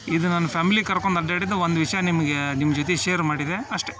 ಇದು ನನ್ನ ಫ್ಯಾಮ್ಲಿ ಕರ್ಕೊಂಡ್ ಅಡ್ಡಾಡಿದ ಒಂದು ವಿಷಯ ನಿಮಗೆ ನಿಮ್ಮ ಜೊತೆ ಶೇರ್ ಮಾಡಿದೆ ಅಷ್ಟೇ